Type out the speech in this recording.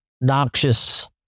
noxious